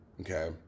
okay